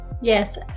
Yes